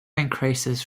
increases